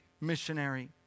missionary